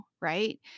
Right